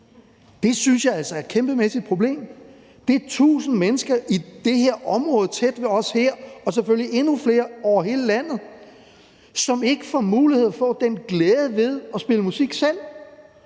Det synes jeg altså er et kæmpemæssigt problem. Det er tusind mennesker i det område tæt på os her og selvfølgelig endnu flere over hele landet, som ikke får mulighed for at få den glæde ved at spille musik selv,